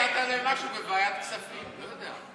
אולי לא נתת להם משהו בוועדת הכספים, אני לא יודע.